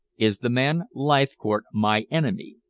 is the man leithcourt my enemy?